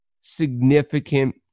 significant